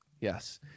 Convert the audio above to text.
Yes